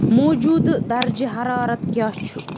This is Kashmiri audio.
موٗجودٕ درجہٕ حرارت کیاہ چھُ ؟